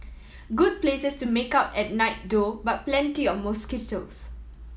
good places to make out at night though but plenty of mosquitoes